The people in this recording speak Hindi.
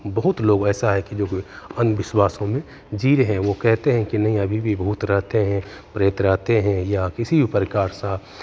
बहुत लोग ऐसा है कि जो कि अंध विश्वासों में जी रहे हैं वो कहते हैं कि नहीं अभी भी भूत रहते हैं प्रेत रहते हैं या किसी भी प्रकार सा